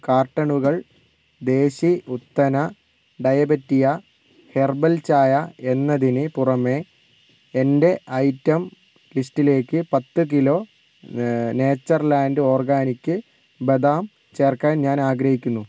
കാർട്ടണുകൾ ദേശി ഉത്തന ഡയബെറ്റിയ ഹെർബൽ ചായ എന്നതിനെ പുറമെ എന്റെ ഐറ്റം ലിസ്റ്റിലേക്ക് പത്ത് കിലോ നേച്ചർ ലാൻഡ് ഓർഗാനിക് ബദാം ചേർക്കാൻ ഞാൻ ആഗ്രഹിക്കുന്നു